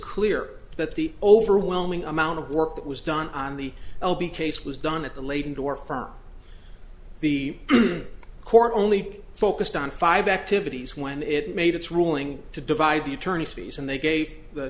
clear that the overwhelming amount of work that was done on the l b case was done at the late indoor firm the court only focused on five activities when it made its ruling to divide the attorneys fees and they gave the